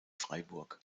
freiburg